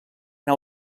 nau